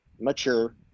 mature